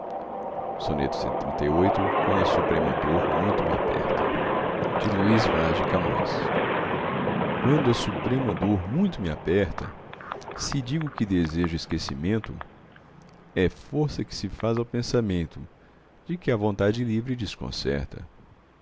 que basta que por lágrima sea dada porque sea por lágrima tenida quando a suprema dor muito me aperta se digo que desejo esquecimento é força que se faz ao pensamento de que a vontade livre desconserta